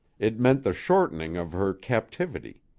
it meant the shortening of her captivity.